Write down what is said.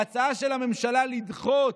ההצעה של הממשלה לדחות,